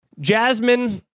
Jasmine